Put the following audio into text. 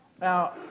Now